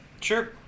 Sure